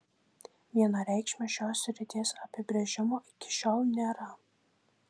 vienareikšmio šios srities apibrėžimo iki šiol nėra